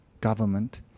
government